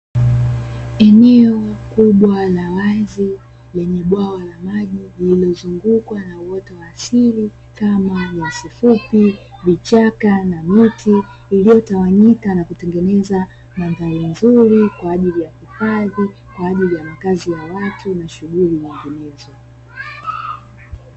Eneo kubwa la wazi lenye bwawa la maji lililozungukwa na uoto wa asili kama: nyasi fupi, vichaka, na miti iliyotawanyika na kutengeneza mandhari mazuri kwaaajili ya hifadhi, kwaajili ya makazi ya watu, na shughuli nyenginezo.